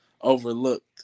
overlooked